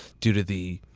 due to the